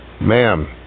Ma'am